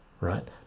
right